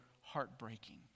heartbreaking